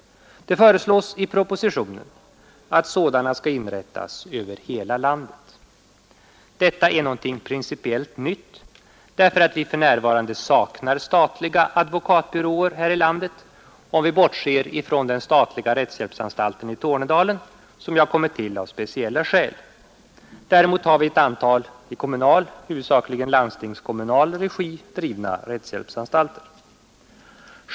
Det föreslås i propositionen att sådana skall inrättas över hela landet. Detta är något principiellt nytt, eftersom vi för närvarande saknar statliga advokatbyråer i vårt land, om vi bortser från den statliga rättshjälpsanstalten i Tornedalen, som ju har tillkommit av speciella skäl. Däremot har vi ett antal i kommunal — huvudsakligen landstingskommunal — regi drivna rättshjälpsanstalter.